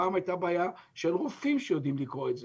פעם הייתה בעיה של רופאים שיודעים לקרוא את זה,